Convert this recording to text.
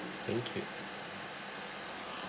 thank you